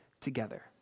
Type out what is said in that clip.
together